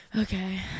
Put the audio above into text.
Okay